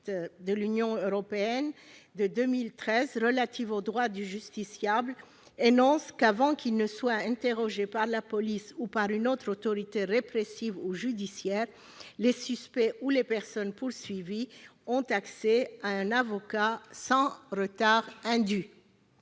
de l'Union européenne relative aux droits du justiciable énonce qu'avant qu'ils soient interrogés par la police, ou par une autre autorité répressive ou judiciaire, les suspects ou les personnes poursuivies ont accès à un avocat sans retard indu.